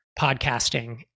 podcasting